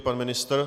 Pan ministr?